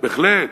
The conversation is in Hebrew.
בהחלט.